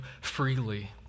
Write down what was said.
freely